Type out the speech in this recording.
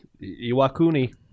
Iwakuni